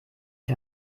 ich